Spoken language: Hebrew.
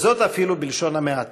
וזאת אפילו בלשון המעטה.